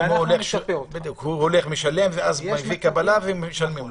הוא מביא קבלה, ומשלמים לו.